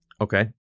Okay